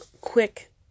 quick